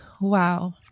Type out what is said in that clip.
Wow